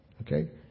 Okay